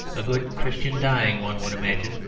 a good christian dying, one would imagine,